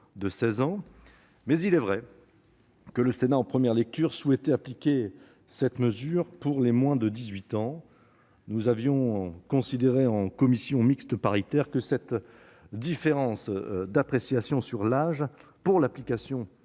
de 16 ans. Il est vrai que, en première lecture, le Sénat avait souhaité appliquer cette mesure aux moins de 18 ans, mais nous avions considéré en commission mixte paritaire que cette différence d'appréciation sur l'âge pour l'application